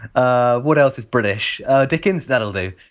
ah what else is british dickens? that'll do.